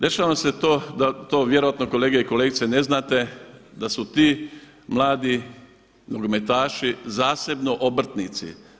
Dešava im se to da to vjerojatno kolege i kolegice ne znate da su ti mladi nogometaši zasebno obrtnici.